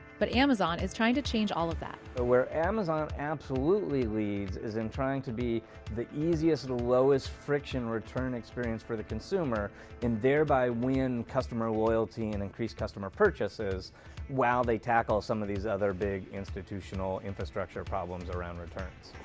but amazon is trying to change all of that. but where amazon absolutely leads is in trying to be the easiest, the lowest friction return experience for the consumer and thereby win customer loyalty and increase customer purchases while they tackle some of these other big institutional infrastructure problems around returns.